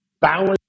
balance